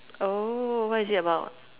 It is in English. oh what is it about